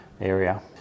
area